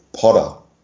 potter